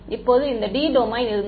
இப்போது இந்த D domain இருந்தது